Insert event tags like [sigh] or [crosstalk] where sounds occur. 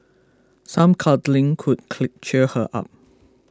some cuddling could [unintelligible] cheer her up